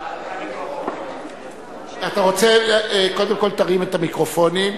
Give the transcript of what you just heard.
היה נאום חייו.